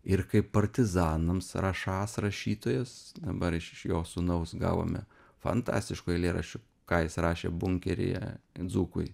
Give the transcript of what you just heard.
ir kaip partizanams rašąs rašytojas dabar aš iš jo sūnaus gavome fantastiškų eilėraščių ką jis rašė bunkeryje dzūkui